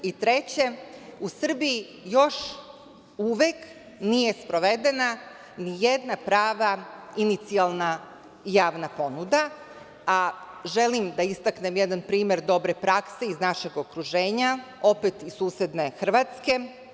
Treće, u Srbiji još uvek nije sprovedena nijedna prava inicijalna javna ponuda, a želim da istaknem jedan primer dobre prakse iz našeg okruženja, opet iz susedne Hrvatske.